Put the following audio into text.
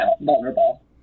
vulnerable